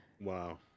Wow